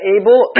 able